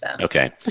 Okay